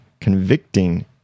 convicting